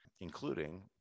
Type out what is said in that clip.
including